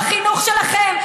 בחינוך שלכם,